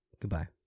Goodbye